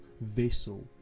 vessel